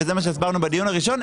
וזה מה שהסברנו בדיון הראשון,